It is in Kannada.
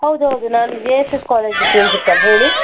ಹೌದು ಹೌದು ನಾನು J S S college principal ಹೇಳಿ